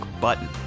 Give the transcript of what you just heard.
button